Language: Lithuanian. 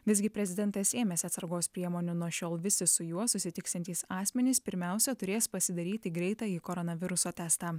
visgi prezidentas ėmėsi atsargos priemonių nuo šiol visi su juo susitiksiantys asmenys pirmiausia turės pasidaryti greitąjį koronaviruso testą